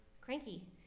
cranky